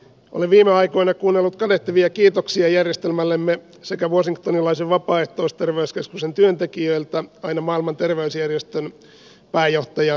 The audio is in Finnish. olen viime aikoina kuunnellut kadehtivia kiitoksia järjestelmästämme sekä washingtonilaisen vapaaehtoisterveyskeskuksen työntekijöiltä että maailman terveysjärjestön pääjohtajalta